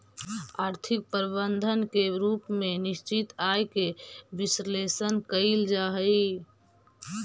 आर्थिक प्रबंधन के रूप में निश्चित आय के विश्लेषण कईल जा हई